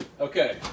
Okay